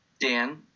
Dan